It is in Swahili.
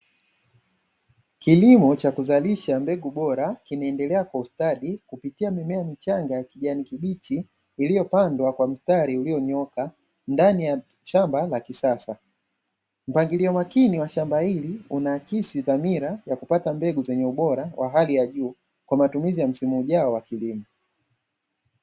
Kilimo cha kuzalisha mbegu bora kinaendelea kwa ustadi kupitia mimea michanga ya kijani kibichi iliyopandwa kwa mstari ulionyooka ndani ya shamba la kisasa, mpangilio makini wa shamba hili unaakisi dhamira ya kupata mbegu zenye ubora wa hali ya juu kwa matumizi ya msimu ujao wa kilimo.